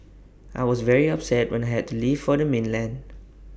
I was very upset when I had to leave for the mainland